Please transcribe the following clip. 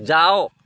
ଯାଅ